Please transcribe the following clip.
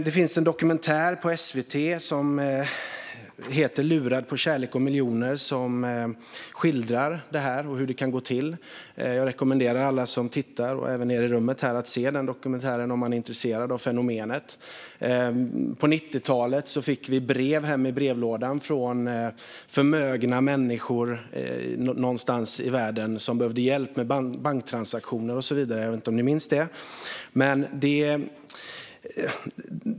Det finns en dokumentär på SVT som heter Lurad på kärlek och miljoner som skildrar hur det kan gå till. Jag rekommenderar alla som tittar och även er i rummet här att se den dokumentären om man är intresserad av fenomenet. På 90-talet fick vi brev hem i brevlådan från förmögna människor någonstans i världen som behövde hjälp med banktransaktioner, och så vidare. Jag vet inte om ni minns det.